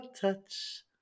touch